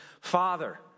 father